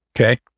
okay